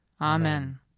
Amen